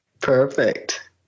Perfect